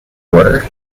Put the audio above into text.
were